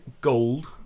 gold